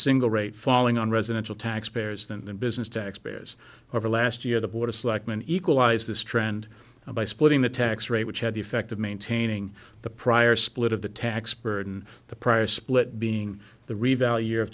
single rate falling on residential tax payers than business tax payers over last year the board of selectmen equalize this trend by splitting the tax rate which had the effect of maintaining the prior split of the tax burden the prior split being the revalu